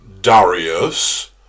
Darius